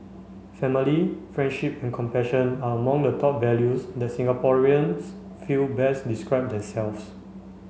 family friendship and compassion are among the top values that Singaporeans feel best describe themselves